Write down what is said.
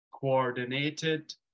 coordinated